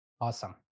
Awesome